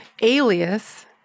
alias